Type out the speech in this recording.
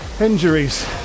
Injuries